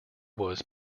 was